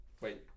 wait